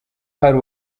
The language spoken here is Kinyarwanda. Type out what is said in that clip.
hari